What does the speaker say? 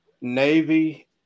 Navy